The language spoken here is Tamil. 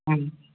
ம்